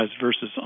versus